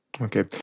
Okay